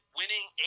winning